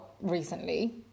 recently